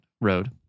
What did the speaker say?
road